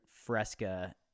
Fresca